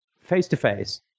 face-to-face